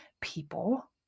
people